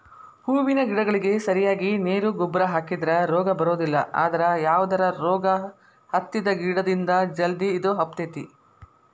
ಹೂವಿನ ಗಿಡಗಳಿಗೆ ಸರಿಯಾಗಿ ನೇರು ಗೊಬ್ಬರ ಹಾಕಿದ್ರ ರೋಗ ಬರೋದಿಲ್ಲ ಅದ್ರ ಯಾವದರ ರೋಗ ಹತ್ತಿದ ಗಿಡದಿಂದ ಜಲ್ದಿ ಇದು ಹಬ್ಬತೇತಿ